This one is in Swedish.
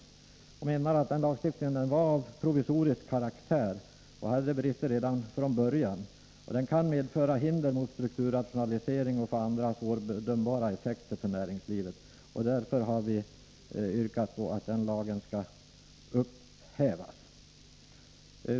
Vi menar att den lagstiftningen var av provisorisk karaktär och hade brister redan från början. Den kan medföra hinder mot strukturrationalisering och få andra svårbedömbara effekter för näringslivet. Därför har vi yrkat att lagen skall upphävas.